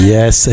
Yes